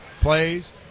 plays